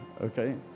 okay